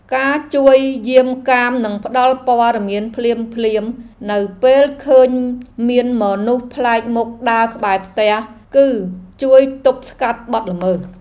ការជួយយាមកាមនិងផ្តល់ព័ត៌មានភ្លាមៗនៅពេលឃើញមានមនុស្សប្លែកមុខដើរក្បែរផ្ទះ គឺជួយទប់ស្កាត់បទល្មើស។